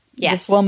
Yes